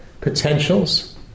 potentials